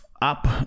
Up